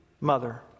mother